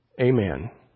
Amen